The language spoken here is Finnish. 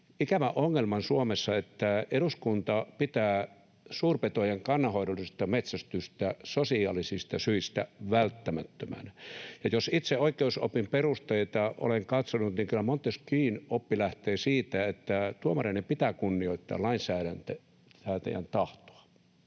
ikävän ongelman Suomessa, että eduskunta pitää suurpetojen kannanhoidollista metsästystä sosiaalisista syistä välttämättömänä. Kun itse oikeusopin perusteita olen katsonut, niin kyllä Montesquieun oppi lähtee siitä, että tuomareiden pitää kunnioittaa lainsäätäjän tahtoa.